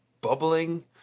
bubbling